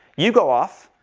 you go off,